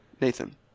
Nathan